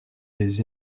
des